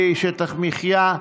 הצעת חוק סדר הדין הפלילי (שטח מחיה),